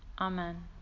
Amen